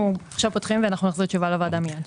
אנחנו עכשיו פותחים ואנחנו נחזיר תשובה לוועדה מיד.